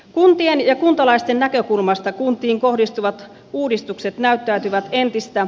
uhrien ja kuntalaisten näkökulmasta kuntiin kohdistuvat uudistukset näyttäytyvät entistä